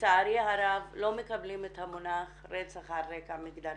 לצערי הרב, לא מקבלים את המונח רצח על רקע מגדרי.